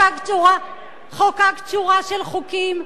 חוקקת שורה של חוקים.